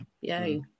yay